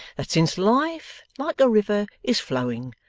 that since life like a river is flowing,